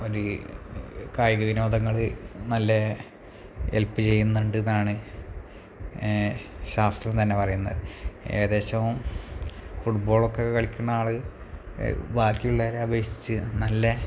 ഒരു കായിക വിനോദങ്ങള് നല്ല ഹെൽപ്പ് ചെയ്യുന്നുണ്ട് എന്നാണ് ശാസ്ത്രം തന്നെ പറയുന്നത് ഏകദേശം ഫുട്ബോളൊക്കെ കളിക്കുന്നയാള് ബാക്കിയുള്ളവരെ അപേക്ഷിച്ച് നല്ല